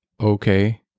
okay